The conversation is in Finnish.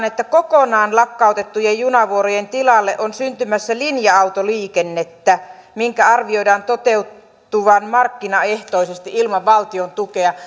että kokonaan lakkautettujen junavuorojen tilalle on syntymässä linja autoliikennettä minkä arvioidaan toteutuvan markkinaehtoisesti ilman valtion tukea